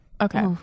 okay